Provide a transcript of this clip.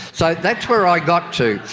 so that's where i got to.